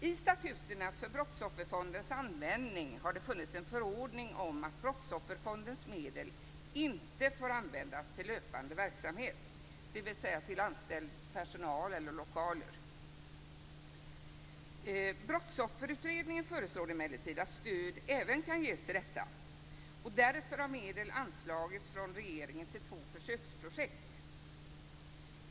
I statuterna för Brottsofferfondens användning har det funnits en förordning om att Brottsofferfondens medel inte får användas till löpande verksamhet, dvs. till anställd personal eller lokaler. Brottsofferutredningen föreslår emellertid att stöd även skall kunna ges till detta, och därför har medel anslagits från regeringen till två försöksprojekt.